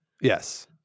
yes